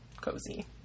cozy